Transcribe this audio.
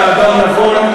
אתה אדם נבון,